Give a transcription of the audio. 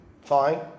fine